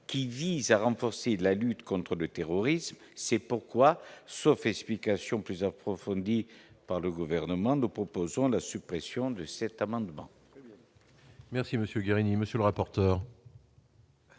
qui vise à renforcer la lutte contre le terrorisme, c'est pourquoi sauf explications plusieurs profonde dit par le gouvernement de proposant la suppression de cet amendement. Merci Monsieur Guérini, monsieur le rapporteur.